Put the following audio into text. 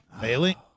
Bailey